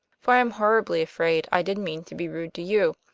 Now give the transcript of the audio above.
for i'm horribly afraid i did mean to be rude to you.